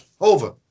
Over